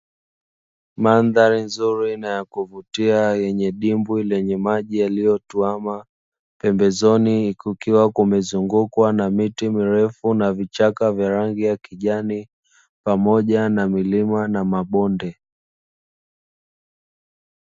Mandhari nzuri na ya kuvutia, yenye dimbwi lenye maji yaliyotuama, pembezoni, kukiwa kumezungukwa na miti mirefu na vichaka vya rangi ya kijani, pamoja na milima na mabonde.